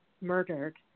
murdered